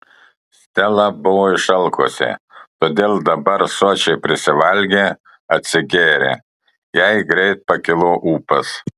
stela buvo išalkusi todėl dabar sočiai prisivalgė atsigėrė jai greit pakilo ūpas